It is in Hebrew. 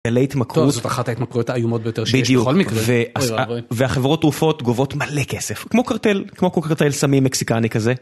על ההתמקרות. טוב, זאת אחת ההתמקרות האיומות ביותר שיש בכל מקרה. בדיוק, והחברות תרופות גובות מלא כסף, כמו קרטל סמי מקסיקני כזה.